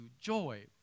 joy